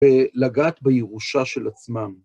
ולגעת בירושה של עצמם.